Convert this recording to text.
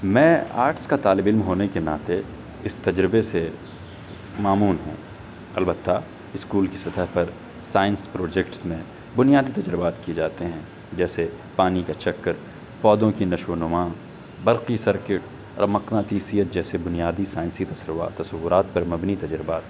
میں آرٹس کا طالب علم ہونے کے ناتے اس تجربے سے مامون ہوں البتہ اسکول کی سطح پر سائنس پروجیکٹس میں بنیادی تجربات کیے جاتے ہیں جیسے پانی کا چکر پودوں کی نشو و نما برقی سرکٹ اور مقناطیسیت جیسے بنیادی سائنسی تصورات پر مبنی تجربات